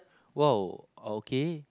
!wow! okay